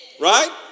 right